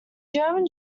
german